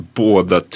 båda